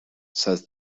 says